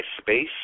space